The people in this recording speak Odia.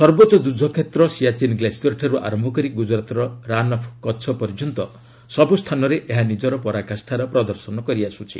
ସର୍ବୋଚ୍ଚ ଯୁଦ୍ଧକ୍ଷେତ୍ର ସିଆଚୀନ ଗ୍ଲେସିୟର୍ଠାରୁ ଆରମ୍ଭ କରି ଗୁଜରାତ୍ର 'ରାନ୍ ଅଫ୍ କଚ୍ଚ' ପର୍ଯ୍ୟନ୍ତ ସବୁସ୍ଥାନରେ ଏହା ନିଜର ପରାକାଷ୍ଠାର ପ୍ରଦର୍ଶନ କରିଆସୁଛି